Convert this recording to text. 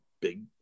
big